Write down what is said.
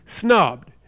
snubbed